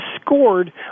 scored